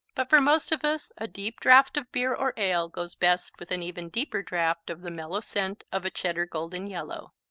but for most of us, a deep draught of beer or ale goes best with an even deeper draught of the mellow scent of a cheddar golden-yellow.